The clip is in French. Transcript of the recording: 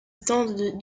stands